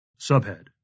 Subhead